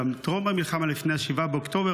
גם טרום המלחמה לפני 7 באוקטובר.